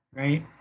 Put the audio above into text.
right